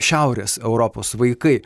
šiaurės europos vaikai